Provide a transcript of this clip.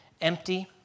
empty